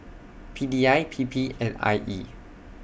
P D I P P and I E